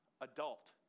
adult